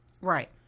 Right